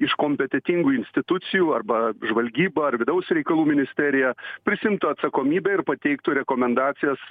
iš kompetentingų institucijų arba žvalgyba ar vidaus reikalų ministerija prisiimtų atsakomybę ir pateiktų rekomendacijas